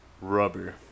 rubber